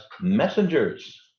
messengers